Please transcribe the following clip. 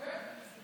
כן.